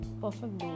perfect